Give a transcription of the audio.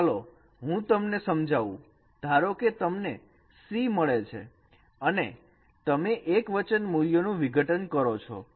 તો ચાલો હું તમને સમજાવું ધારો કે તમને C મળે છે અને તમે એક વચન મૂલ્યોનું વિઘટન કરો છો